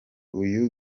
uyu